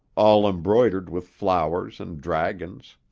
all embroidered with flowers and dragons.